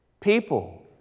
People